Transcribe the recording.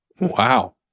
Wow